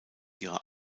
ihrer